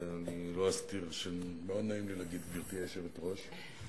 ולא אסתיר שמאוד נעים לי להגיד "גברתי היושבת-ראש".